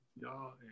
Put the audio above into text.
Y'all